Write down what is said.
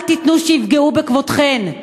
אל תיתנו שיפגעו בכבודכן.